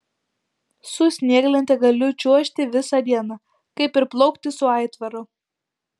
su snieglente galiu čiuožti visą dieną kaip ir plaukti su aitvaru